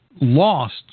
lost